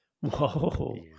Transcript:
whoa